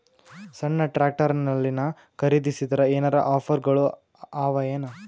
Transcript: ಸಣ್ಣ ಟ್ರ್ಯಾಕ್ಟರ್ನಲ್ಲಿನ ಖರದಿಸಿದರ ಏನರ ಆಫರ್ ಗಳು ಅವಾಯೇನು?